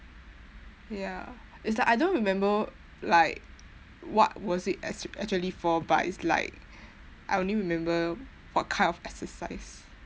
ya it's like I don't remember like what was it as actually for but it's like I only remember what kind of exercise